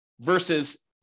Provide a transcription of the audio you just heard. Versus